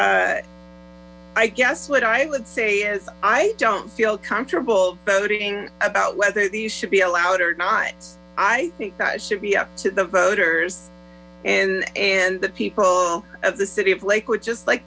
necessary i guess what i would say is i don't feel comfortable voting about whether these should be allowed or not i think that should be up to the voters and and the people of the city of lakewood just